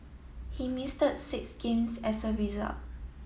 he six games as a result